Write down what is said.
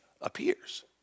appears